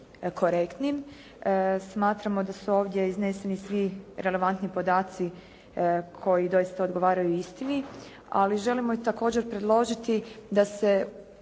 korektnim. Smatramo da su ovdje izneseni svi relevantni podaci koji doista odgovaraju istini, ali želimo i također predložiti da se